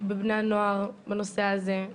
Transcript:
בבני הנוער בנושא הזה,